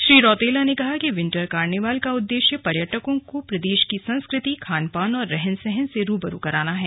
श्री रौतेला ने कहा कि विंटर कार्निवाल का उद्देश्य पर्यटकों को प्रदेश की संस्कृति खानपान और रहन सहन से रूबरू कराना है